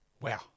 Wow